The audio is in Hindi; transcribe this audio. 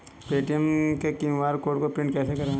पेटीएम के क्यू.आर कोड को प्रिंट कैसे करवाएँ?